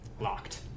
Locked